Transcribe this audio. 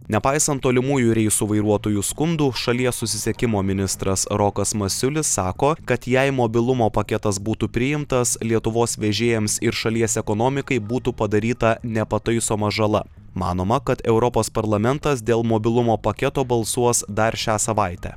nepaisant tolimųjų reisų vairuotojų skundų šalies susisiekimo ministras rokas masiulis sako kad jei mobilumo paketas būtų priimtas lietuvos vežėjams ir šalies ekonomikai būtų padaryta nepataisoma žala manoma kad europos parlamentas dėl mobilumo paketo balsuos dar šią savaitę